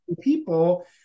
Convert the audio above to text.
people